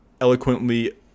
eloquently